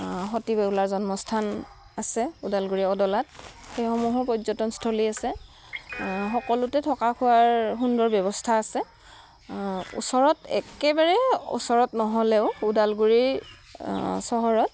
সতী বেউলাৰ জন্মস্থান আছে ওদালগুৰি অদলাত সেইসমূহো পৰ্যটনস্থলী আছে সকলোতে থকা খোৱাৰ সুন্দৰ ব্যৱস্থা আছে ওচৰত একেবাৰে ওচৰত নহ'লেও ওদালগুৰি চহৰত